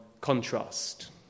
contrast